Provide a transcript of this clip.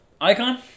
Icon